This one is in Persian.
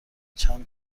چند